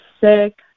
sick